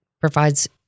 provides